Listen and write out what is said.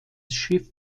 schiff